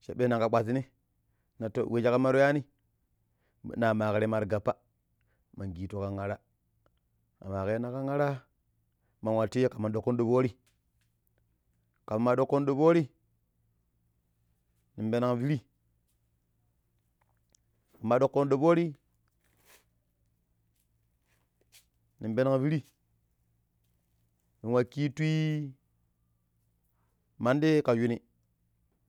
cha ɓe nanƙa ƙpatini na to we shikammar ywani na maƙrema ar gappa man kitu kan arra mama kerina kan araa man watu yi kanma dokku do foori ƙamma maa ɗeƙƙuƙon ɗofoori nin peneng piiri mamma ɗoƙƙuƙon do foori nin peneng npiri ninwa kitu mmandi ƙa shuni